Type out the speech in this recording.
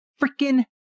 freaking